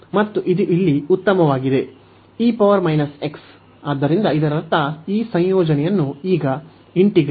ಮತ್ತು ಇದು ಇಲ್ಲಿ ಉತ್ತಮವಾಗಿದೆ ಆದ್ದರಿಂದ ಇದರರ್ಥ ಈ ಸಂಯೋಜನೆಯನ್ನು ಈಗ